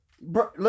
Bro